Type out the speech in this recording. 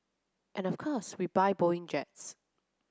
and of course we buy Boeing jets